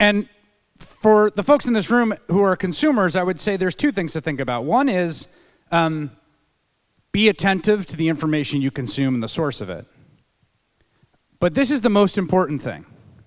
and for the folks in this room who are consumers i would say there's two things i think about one is be attentive to the information you consume the source of it but this is the most important thing